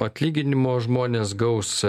atlyginimo žmonės gaus